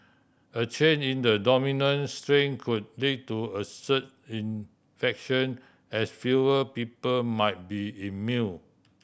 a change in the dominant strain could lead to a surge infection as fewer people might be immune